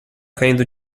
caindo